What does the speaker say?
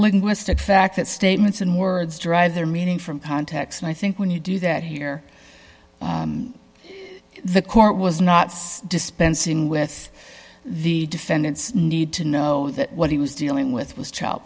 linguistic fact that statements and words derive their meaning from context and i think when you do that here the court was not dispensing with the defendant's need to know that what he was dealing with was child